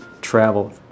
travel